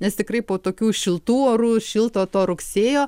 nes tikrai po tokių šiltų orų šilto to rugsėjo